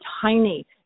tiny